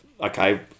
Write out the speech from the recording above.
okay